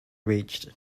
reached